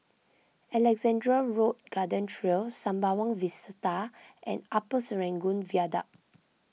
Alexandra Road Garden Trail Sembawang Vista and Upper Serangoon Viaduct